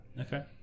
okay